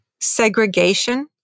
segregation